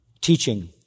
teaching